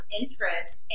interest